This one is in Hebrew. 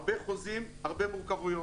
הרבה חוזים, הרבה מורכבויות.